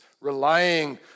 relying